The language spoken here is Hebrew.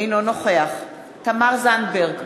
אינו נוכח תמר זנדברג,